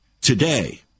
Today